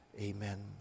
Amen